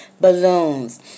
balloons